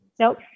Nope